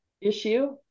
issue